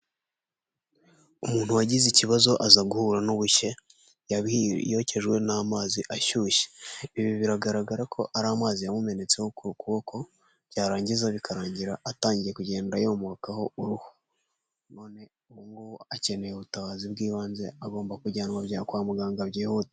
Umuntu wagize ikibazo aza guhura n'ubushye yokejwe n'amazi ashyushye ibi biragaragara ko ari amazi yamumenetseho ku kuboko byarangiza bikarangira atangiye kugenda yomokaho uruhu, none ubungubu akeneye ubutabazi bw'ibanze agomba kujyanwa kwa muganga byihuta.